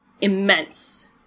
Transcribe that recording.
immense